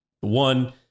one